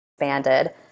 expanded